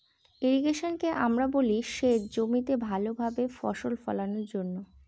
ইর্রিগেশনকে আমরা বলি সেচ জমিতে ভালো ভাবে ফসল ফোলানোর জন্য